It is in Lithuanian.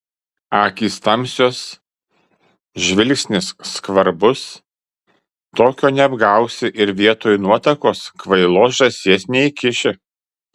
akys tamsios žvilgsnis skvarbus tokio neapgausi ir vietoj nuotakos kvailos žąsies neįkiši